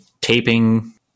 taping